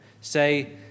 say